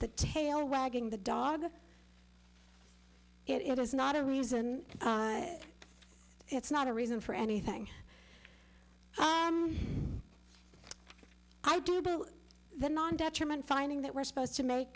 the tail wagging the dog it is not a reason it's not a reason for anything i do the non detriment finding that we're supposed to make